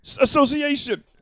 Association